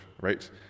right